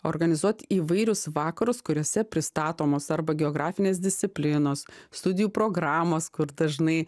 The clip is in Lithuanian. organizuot įvairius vakarus kuriuose pristatomos arba geografinės disciplinos studijų programos kur dažnai